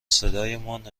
صدایمان